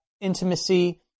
intimacy